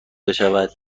بشود